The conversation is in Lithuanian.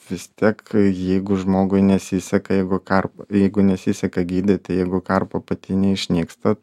vis tiek jeigu žmogui nesiseka jeigu karp jeigu nesiseka gydyti jeigu karpa pati neišnyksta